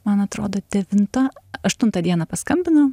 man atrodo devintą aštuntą dieną paskambino